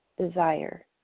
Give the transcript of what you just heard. desire